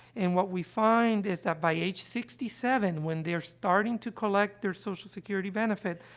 and what we find is that by age sixty seven, when they're starting to collect their social security benefit,